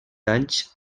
anys